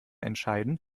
entscheiden